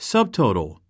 Subtotal